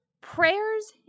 Prayers